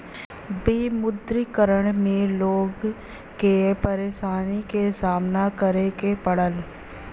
विमुद्रीकरण में लोग के परेशानी क सामना करे के पड़ल